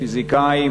פיזיקאים,